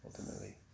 ultimately